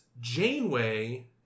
Janeway